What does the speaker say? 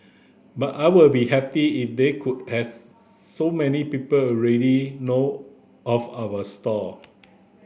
but I would be if they could so many people already know of our stall